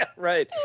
Right